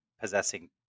possessing